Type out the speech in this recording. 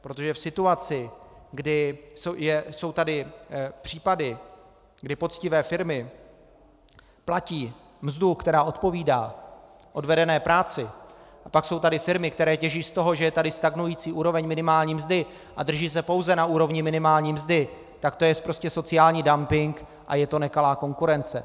Protože v situaci, kdy jsou tady případy, kdy poctivé firmy platí mzdu, která odpovídá odvedené práci, a pak jsou tady firmy, které těží z toho, že je tady stagnující úroveň minimální mzdy, a drží se pouze na úrovni minimální mzdy, tak to je prostě sociální dumping a je to nekalá konkurence.